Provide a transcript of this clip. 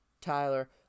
Tyler